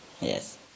Yes